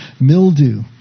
Mildew